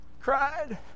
cried